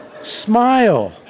Smile